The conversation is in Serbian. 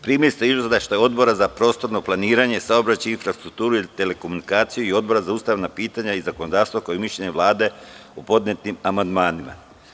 Primili ste Izveštaj Odbora za prostorno planiranje, saobraćaj, infrastrukturu i telekomunikacije i Odbora za ustavna pitanja i zakonodavstvo, kao i mišljenje Vlade o podnetim amandmanima.